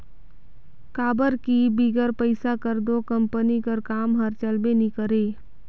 काबर कि बिगर पइसा कर दो कंपनी कर काम हर चलबे नी करे